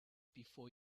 before